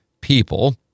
people